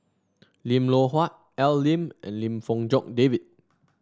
Lim Loh Huat Al Lim and Lim Fong Jock David